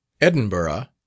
Edinburgh